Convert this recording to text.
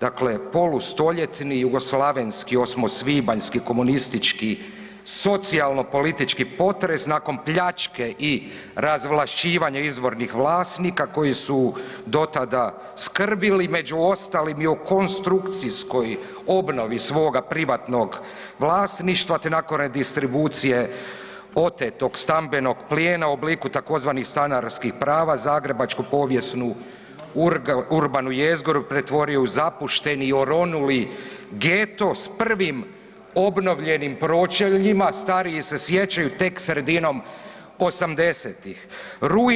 dakle polustoljetni jugoslavenski osmosvibanjski komunistički socijalno-politički potres nakon pljačke i razvlašćivanja izvornih vlasnika koji su do tada skrbili, među ostalim i o konstrukcijskoj obnovi svoga privatnoga vlasništva te nakon redistribucije otetog stambenog plijena u obliku, tzv. stanarskih prava zagrebačko povijesnu urbanu jezgru pretvorio u zapušteni i oronuli geto s prvim obnovljenim pročeljima, stariji se sjećaju, tek sredinom 80-ih.